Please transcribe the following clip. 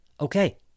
Okay